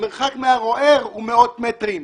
המרחק מערוער הוא מאות מטרים.